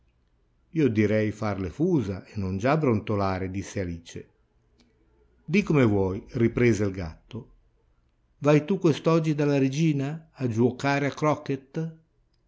io direi far le fusa e non già brontolare disse alice dì come vuoi riprese il gatto vai tu quest'oggi dalla regina a giuocare a croquet